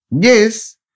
Yes